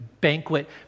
banquet